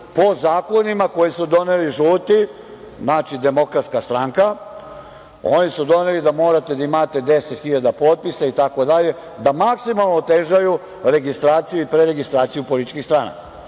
po zakonima koji su doneli žuti, znači DS. Oni su doneli da morate da imate 10 hiljada potpisa itd.da maksimalno otežaju registraciju i preregistraciju političkih stranaka.